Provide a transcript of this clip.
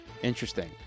Interesting